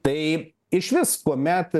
tai išvis kuomet